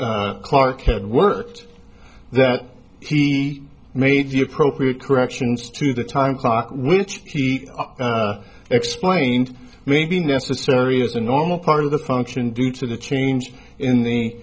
r clarke had worked that he made the appropriate corrections to the time clock which he explained may be necessary as a normal part of the function due to the change in